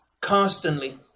constantly